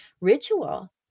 ritual